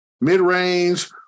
Mid-range